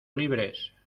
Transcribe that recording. libres